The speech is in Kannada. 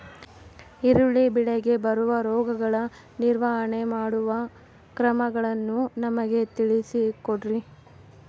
ಈರುಳ್ಳಿ ಬೆಳೆಗೆ ಬರುವ ರೋಗಗಳ ನಿರ್ವಹಣೆ ಮಾಡುವ ಕ್ರಮಗಳನ್ನು ನಮಗೆ ತಿಳಿಸಿ ಕೊಡ್ರಿ?